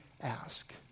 ask